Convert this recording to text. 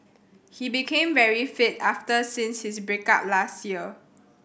he became very fit after since his break up last year